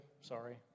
sorry